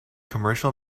commercial